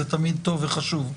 זה תמיד טוב וחשוב.